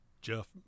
Jeff